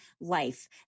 life